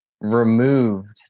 removed